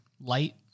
light